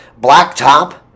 blacktop